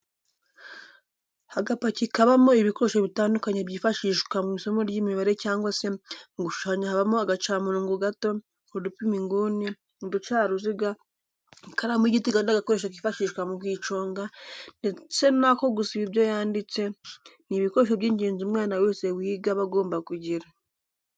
Agapaki kabamo ibikoresho bitandukanye byifashishwa mu isomo ry'imibare cyangwa se mu gushushanya habamo agacamurongo gato, udupima inguni, uducaruziga, ikaramu y'igiti n'agakoresho kifashishwa mu kuyiconga ndetse n'ako gusiba ibyo yanditse, ni ibikoresho by'ingenzi umwana wese wiga aba agomba kugira.